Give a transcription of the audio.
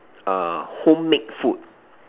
err home made food